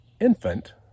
infant